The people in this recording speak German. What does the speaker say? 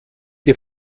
die